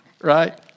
right